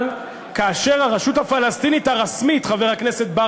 אבל כאשר הרשות הפלסטינית הרשמית, חבר הכנסת,